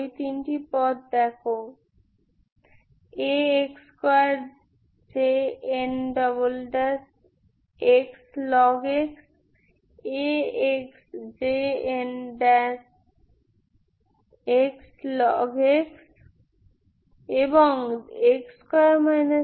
এই তিনটি পদ দেখ Ax2Jnxlog x Ax Jnxlog x এবং AJnxlog⁡